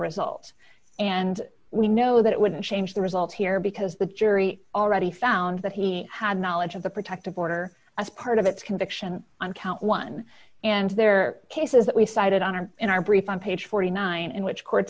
result and we know that it wouldn't change the result here because the jury already found that he had knowledge of the protective order as part of its conviction on count one and their cases that we cited on our in our brief on page forty nine in which courts